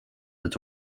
its